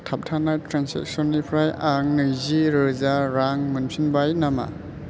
थाबथानाय ट्रेन्जेकसननिफ्राय आं नैजि रोजा रां मोनफिनबाय नामा